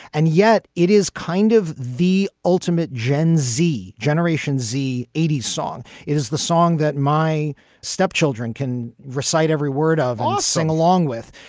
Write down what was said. and yet it is kind of the ultimate gen z generation z eighty song is the song that my stepchildren can recite every word of ah sing along with.